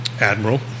admiral